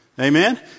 Amen